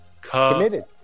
committed